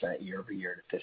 year-over-year